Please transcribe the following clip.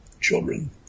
children